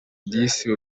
disi